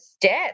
death